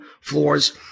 floors